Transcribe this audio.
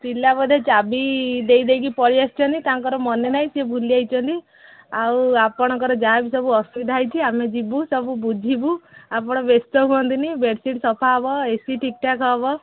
ପିଲା ବୋଧେ ଚାବି ଦେଇଦେଇକି ପଳେଇ ଆସିଛନ୍ତି ତାଙ୍କର ମନେ ନାହିଁ ସିଏ ଭୁଲି ଯାଇଛନ୍ତି ଆଉ ଆପଣଙ୍କର ଯାହା ବି ସବୁ ଅସୁବିଧା ହୋଇଛି ଆମେ ଯିବୁ ସବୁ ବୁଝିବୁ ଆପଣ ବ୍ୟସ୍ତ ହୁଅନ୍ତୁନି ବେଡସିଟ୍ ସଫା ହେବ ଏସି ଠିକ ଠାକ୍ ହେବ